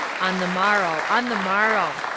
on the morrow, on the morrow,